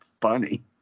funny